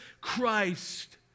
Christ